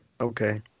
Okay